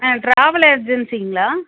ஆ travel ஏஜென்ஸிங்களா